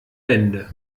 bände